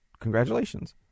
Congratulations